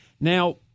Now